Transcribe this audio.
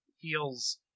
feels